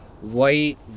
white